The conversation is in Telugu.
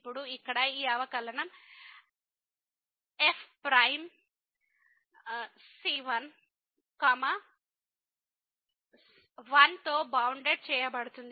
ఇప్పుడు ఇక్కడ ఈ అవకలనం f ప్రైమ్ c1 1 తో బౌండెడ్ చేయబడుతుంది